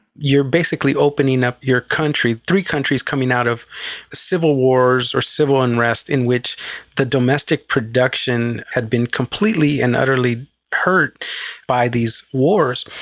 you're basically opening up your country, three countries coming out of civil wars or civil unrest in which the domestic production had been completely and utterly hurt by these wars,